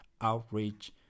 outreach